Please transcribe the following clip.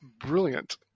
brilliant